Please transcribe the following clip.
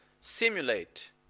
simulate